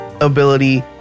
ability